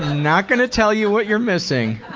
not gunna tell you what you're missing,